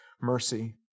mercy